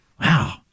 Wow